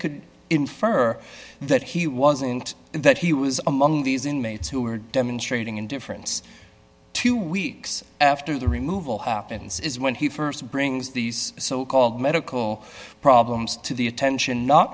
could infer that he wasn't that he was among these inmates who were demonstrating indifference two weeks after the removal happens is when he st brings these so called medical problems to attention not